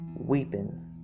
weeping